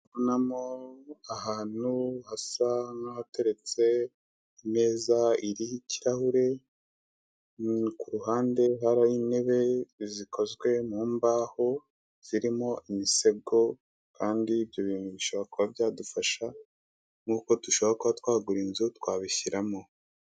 Ndikubonamo ahantu hasa nk'ahateretse imeza iriho ikirahuri, ku ruhande hari intebe zikozwe mu mbaho, zirimo imisego, kandi ibyo bintu bishobora kuba byadufasha, nk'uko dushobora kuba twagura inzu twabishyiramo.